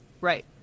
Right